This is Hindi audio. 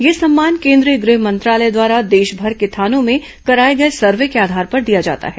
यह सम्मान केंद्रीय गृह मंत्रालय द्वारा देशभर के थानों में कराए गए सर्वे के आधार पर दिया जाता है